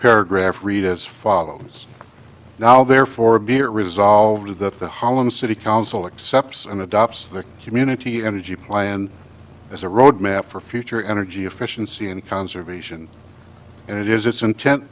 paragraph read as follows now therefore beer resolved that the holland city council exception adopts the community energy plan as a road map for future energy efficiency and conservation and it is its intent